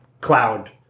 cloud